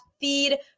feed